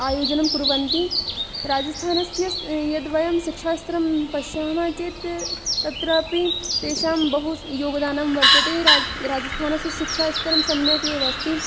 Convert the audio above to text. आयोजनं कुर्वन्ति राजस्थानस्य यद् वयं शिक्षास्तरं पश्यामश्चेत् तत्रापि तेषां बहुयोगदानं वर्तते राज् राजस्थानस्य शिक्षास्तरं सम्यक् एव अस्ति